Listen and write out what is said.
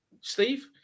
Steve